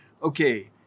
Okay